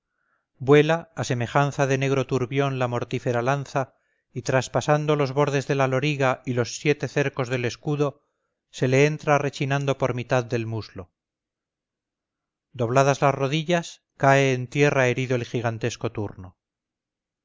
vuela a semejanza de negro turbión la mortífera lanza y traspasando los bordes de la loriga y los siete cercos del escudo se le entra rechinando por mitad del muslo dobladas las rodillas cae en tierra herido el gigantesco turno